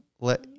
let